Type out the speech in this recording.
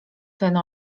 ten